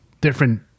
different